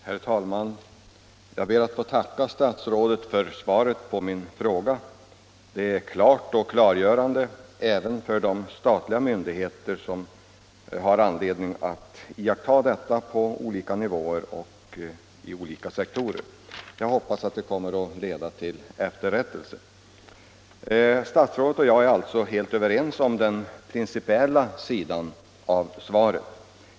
Herr talman! Jag ber att få tacka statsrådet för svaret på min interpellation. Det är klart och klargörande — även för de statliga myndigheter på olika nivåer och sektorer som har anledning att iaktta detta. Jag hoppas att svaret kommer att lända till efterrättelse. Statsrådet och jag är alltså helt överens om den principiella sidan av saken.